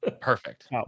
Perfect